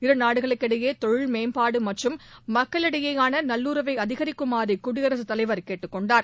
இருநாடுகளிடையே தொழில் மேம்பாடு மற்றும் மக்களிடையேயான நல்லுறவை அதிகரிக்குமாறு குடியரசுத் தலைவர் கேட்டுக்கொண்டார்